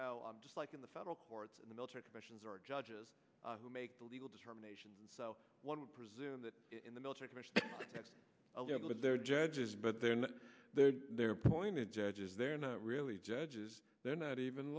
know just like in the federal courts in the military commissions or judges who make the legal determination one would presume that in the military they're judges but they're not their appointed judges they're not really judges they're not even